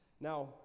Now